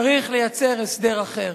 צריך לייצר הסדר אחר.